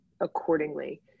accordingly